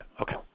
Okay